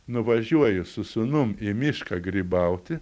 nuvažiuoju su sūnum į mišką grybauti